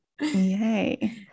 Yay